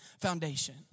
foundation